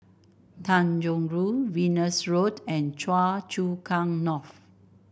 Tanjong Rhu Venus Road and Choa Chu Kang North